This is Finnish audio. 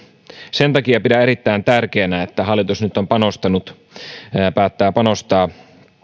sen takia pidän erittäin tärkeänä että hallitus nyt päättää panostaa